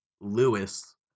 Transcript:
Lewis